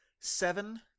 seven